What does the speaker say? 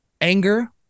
anger